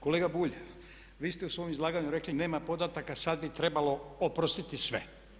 Kolega Bulj, vi ste u svom izlaganju rekli nema podataka, sad bi trebalo oprostiti sve.